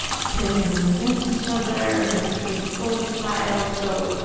pitting everyone against each other, my sister was the golden child, so,